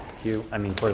too, i mean,